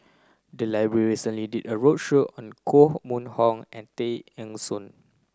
the library recently did a roadshow on Koh Mun Hong and Tay Eng Soon